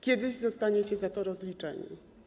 Kiedyś zostaniecie za to rozliczeni.